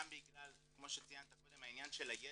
גם בגלל כמו שציינת קודם העניין של הידע,